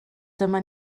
dyma